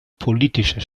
politischer